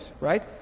Right